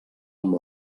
amb